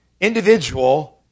individual